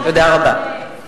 אתה לא רשום בכלל, מה אתה מדבר?